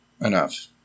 enough